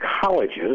colleges